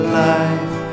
life